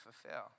fulfill